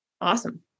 Awesome